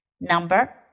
Number